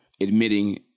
admitting